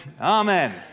amen